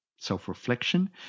self-reflection